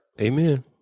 Amen